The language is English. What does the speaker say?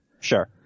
Sure